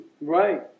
Right